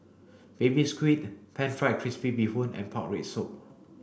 baby squid pan fried crispy bee Hoon and pork rib soup